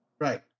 Right